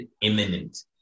imminent